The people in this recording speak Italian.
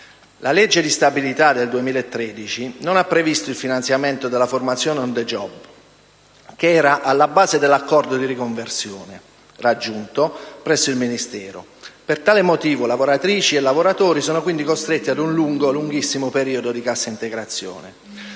La legge di stabilità del 2013 non ha previsto il finanziamento della formazione *on the job* che era alla base dell'accordo di riconversione raggiunto presso il Ministero. Per tale motivo lavoratrici e lavoratori sono quindi costretti ad un lunghissimo periodo di cassa integrazione.